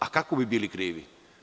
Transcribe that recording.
A kako bi bili krivi?